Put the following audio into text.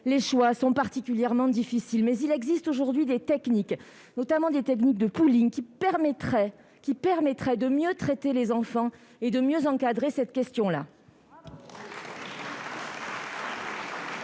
les choix sont particulièrement difficiles en cette période. Mais il existe aujourd'hui des techniques, notamment des techniques de, qui permettraient de mieux traiter les enfants et de mieux encadrer cette question.